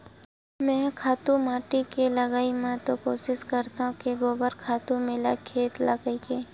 मेंहा खातू माटी के लगई म तो कोसिस करथव के गोबर खातू मिलय खेत ल कहिके